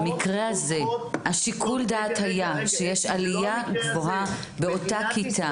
במקרה הזה שיקול הדעת היה שיש עלייה גבוהה באותה כיתה.